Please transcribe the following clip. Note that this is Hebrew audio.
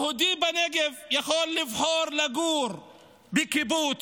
יהודי בנגב יכול לבחור לגור בקיבוץ,